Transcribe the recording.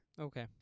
Okay